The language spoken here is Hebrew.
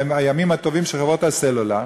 הימים הטובים של חברות הסלולר.